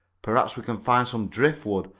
perhaps we can find some driftwood,